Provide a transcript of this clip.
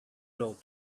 blood